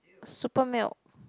super milk